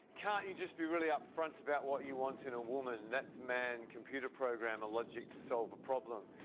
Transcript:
can't you just be really upfront about what you want in a woman? that's man, computer programmer logic to solve a problem.